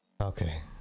okay